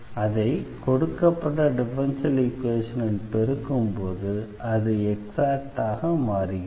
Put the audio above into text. இதை கொடுக்கப்பட்ட டிஃபரன்ஷியல் ஈக்வேஷனில் பெருக்கும்போது அது எக்ஸாக்ட்டாக மாறுகிறது